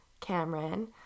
Cameron